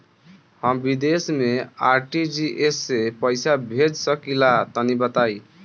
हम विदेस मे आर.टी.जी.एस से पईसा भेज सकिला तनि बताई?